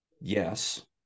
Yes